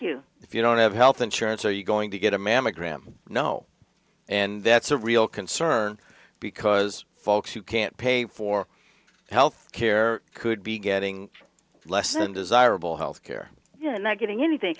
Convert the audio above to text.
you if you don't have health insurance are you going to get a mammogram no and that's a real concern because folks who can't pay for health care could be getting less than desirable health care you know not getting anything